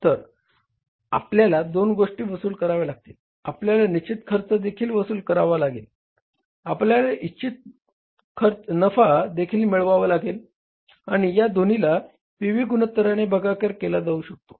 तर आपल्याला दोन गोष्टी वसूल कराव्या लागतील आपल्याला निश्चित खर्च देखील वसूल करावा लागेल आपल्याला इच्छित नफा देखील मिळवावा लागेल आणि या दोन्हीला पी व्ही गुणोत्तराने भागाकार केला जाऊ शकतो